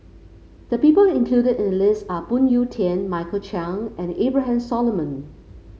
the people included in list are Phoon Yew Tien Michael Chiang and Abraham Solomon